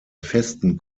festen